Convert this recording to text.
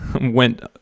went